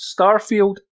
Starfield